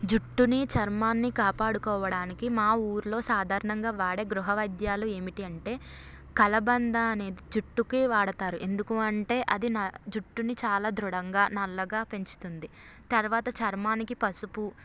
జుట్టుని చర్మాన్ని కాపాడుకోవడానికి మా ఊరిలో సాధారణంగా వాడే గృహవైద్యాలు ఏమిటి అంటే కలబంద అనే జుట్టుకి వాడతారు ఎందుకు అంటే అది నా జుట్టుని చాలా దృఢంగా నల్లగా పెంచుతుంది తర్వాత చర్మానికి పసుపు